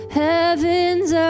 heavens